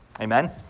Amen